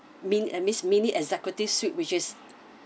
min~ that means mini executive suite which is